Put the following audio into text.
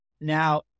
Now